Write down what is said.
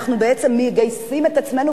אנחנו בעצם מגייסים את עצמנו,